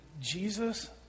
Jesus